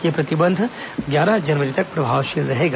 यह प्रतिबंध ग्यारह जनवरी तक प्रभावशील रहेगा